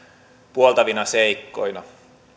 puoltavina seikkoina